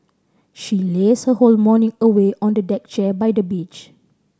she laze her whole morning away on the deck chair by the beach